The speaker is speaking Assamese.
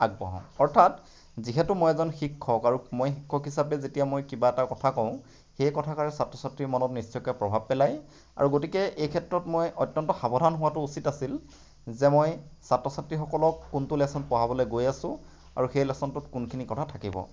আগবঢ়াও অৰ্থাৎ যিহেতু মই এজন শিক্ষক আৰু মই শিক্ষক হিচাপে যেতিয়া মই কিবা কথা এটা কওঁ সেই কথাষাৰে ছাত্ৰ ছাত্ৰীৰ মনত নিশ্চয়কৈ প্ৰভাৱ পেলায় আৰু গতিকে এই ক্ষেত্ৰত মই অত্যন্ত সাৱধান হোৱাটো উচিত আছিল যে মই ছাত্ৰ ছাত্ৰীসকলক কোনটো লেছন পঢ়াবলৈ গৈ আছো আৰু সেই লেছনটোত কোনখিনি কথা থাকিব